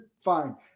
Fine